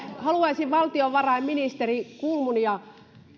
haluaisin valtiovarainministeri kulmunia